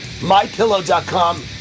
MyPillow.com